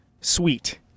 Sweet